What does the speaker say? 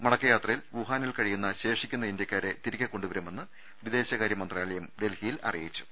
മടക്കയാത്രയിൽ വുഹാനിൽ കഴിയുന്ന ശേഷി ക്കുന്ന ഇന്തൃക്കാരെ തിരികെ കൊണ്ടുവരുമെന്ന് വിദേശകാരൃ മന്ത്രാ ലയം ഡൽഹിയിൽ അറിയിച്ചു